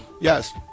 yes